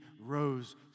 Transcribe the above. rose